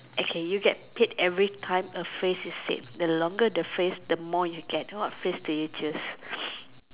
okay you get paid everytime a phrase is said the longer the phrase the more you get what phrase do you choose